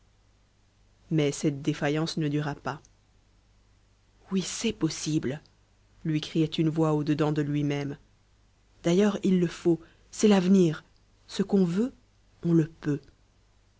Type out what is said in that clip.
mais cette défaillance ne dura pas oui c'est possible lui criait une voix au-dedans de lui-même d'ailleurs il le faut c'est l'avenir ce qu'on veut on le peut